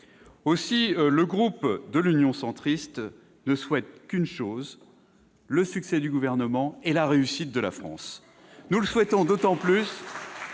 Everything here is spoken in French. Aussi, le groupe Union Centriste ne souhaite qu'une chose : le succès du Gouvernement et la réussite de la France. Nous le souhaitons d'autant plus